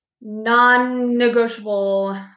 non-negotiable